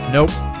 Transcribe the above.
Nope